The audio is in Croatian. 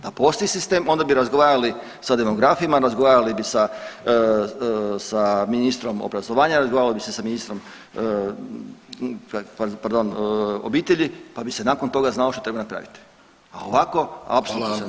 Da postoji sistem, onda bi razgovarali sa demografima, razgovarali bi sa ministrom obrazovanja, razgovaralo bi se sa ministrom pardon obitelji pa bi se nakon toga znalo što treba napraviti a ovako apsolutno se ne zna.